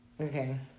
Okay